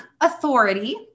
authority